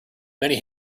many